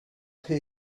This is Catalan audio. fer